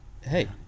hey